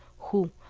who,